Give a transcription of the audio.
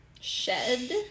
Shed